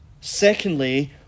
Secondly